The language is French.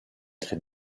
très